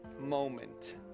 moment